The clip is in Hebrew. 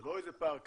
זה לא פער קטן.